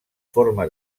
forma